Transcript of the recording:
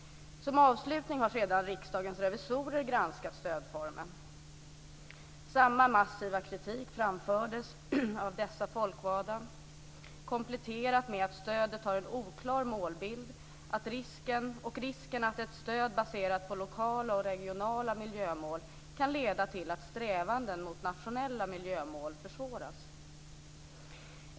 Som avslutning har sedan Riksdagens revisorer granskat stödformen. Samma massiva kritik framfördes av dessa folkvalda kompletterat med att stödet har en oklar målbild och att det finns risk för att ett stöd baserat på lokala och regionala miljömål kan leda till att strävanden mot nationella miljömål försvåras.